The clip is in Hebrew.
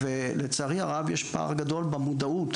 ולצערי הרב יש פער גדול במודעות.